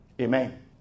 Amen